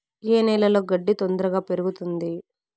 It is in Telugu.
ఏ నేలలో గడ్డి తొందరగా పెరుగుతుంది